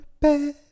bed